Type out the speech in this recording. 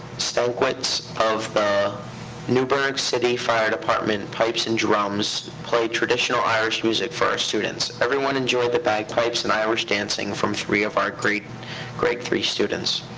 stankewitz of the newburgh city fire department pipes and drums played traditional irish music for our students. everyone enjoyed the bagpipes and irish dancing from three of our great grade three students.